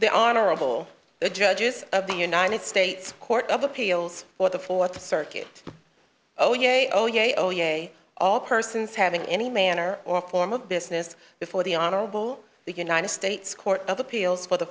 horrible judges of the united states court of appeals for the fourth circuit oh yea oh yea oh yea all persons having any manner or form of business before the honorable the united states court of appeals for the